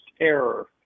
error